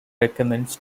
recommends